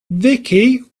vicky